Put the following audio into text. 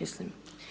mislim.